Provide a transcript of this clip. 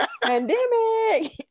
Pandemic